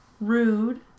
Rude